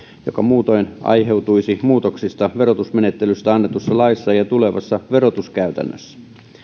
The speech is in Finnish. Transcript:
joka muutoin aiheutuisi muutoksista verotusmenettelystä annetussa laissa ja tulevassa verotuskäytännössä